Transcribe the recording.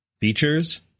features